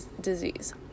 disease